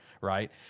Right